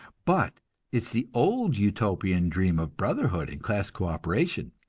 but it's the old utopian dream of brotherhood and class co-operation.